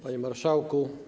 Panie Marszałku!